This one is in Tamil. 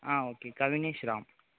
ஓகே கவினேஷ் ராம்